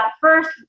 first